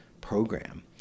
program